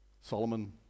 Solomon